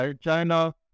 china